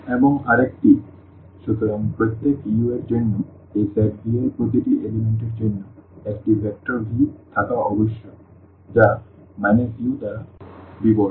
uvwuvw∀uvw∈V Associativity ∃0 in V st u0u∀u∈V এবং আরেকটি সুতরাং প্রত্যেক u এর জন্য এই সেট V এর প্রতিটি উপাদান এর জন্য একটি ভেক্টর V থাকা আবশ্যক যা u দ্বারা বিবর্ণ